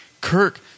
Kirk